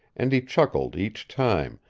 and he chuckled each time,